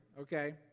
okay